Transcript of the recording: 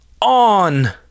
on